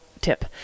tip